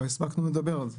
לא הספקנו לדבר על זה.